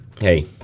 hey